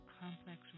complex